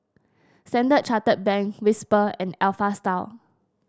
Standard Chartered Bank Whisper and Alpha Style